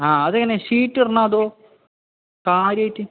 ആ അത് എങ്ങനെ ഷീറ്റ് ഇടണോ അതോ കാര്യം ആയിട്ട്